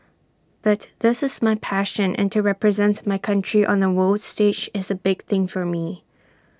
but this is my passion and to represent my country on A world stage is A big thing for me